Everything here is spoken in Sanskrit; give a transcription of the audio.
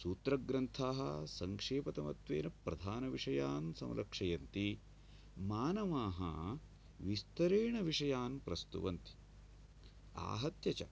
सूत्रग्रन्थाः सङ्क्षेपतमत्वेन प्रधान विषयान् संलक्षयन्ति मानवाः विस्तरेण विषयान् प्रस्तुवन्ति आहत्य च